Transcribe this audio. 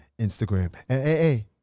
Instagram